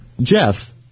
Jeff